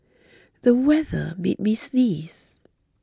the weather made me sneeze